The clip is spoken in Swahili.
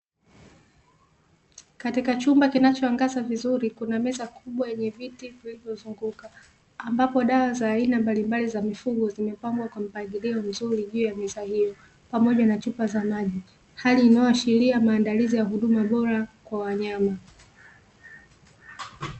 Katika chumba kinachoangaza vizuri kuna meza kubwa yenye viti vilivyozunguka ambapo dawa za aina mbalimbali za mifugo zimepangwa kwa mpangilio mzuri juu ya meza hiyo pamoja na chupa za maji. Hali inayoashiria maandalizi ya huduma bora kwa wanyama.